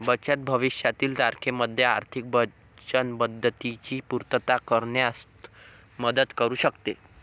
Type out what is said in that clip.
बचत भविष्यातील तारखेमध्ये आर्थिक वचनबद्धतेची पूर्तता करण्यात मदत करू शकते